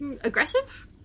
aggressive